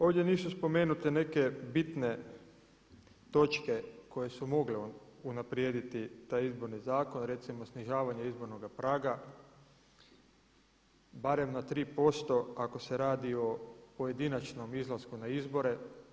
Ovdje nisu spomenute neke bitne točke koje su mogle unaprijediti taj izborni zakon, recimo snižavanje izbornog praga barem na 3% ako se radi o pojedinačnom izlasku na izbore.